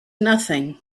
nothing